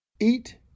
Eat